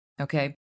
Okay